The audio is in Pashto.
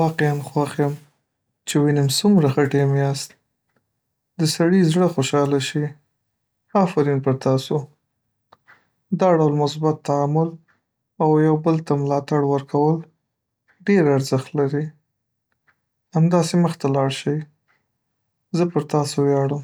واقعاً خوښ یم چې وینم څومره ښه ټیم یاست سړي زړه خوشحاله شي افرین! دا ډول مثبت تعامل او یو بل ته ملاتړ ورکول ډېر ارزښت لري. همداسې مخ ته لاړ شئ! زه پر تاسو ویاړم